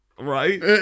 Right